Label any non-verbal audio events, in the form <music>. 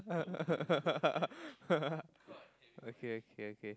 <laughs> okay okay okay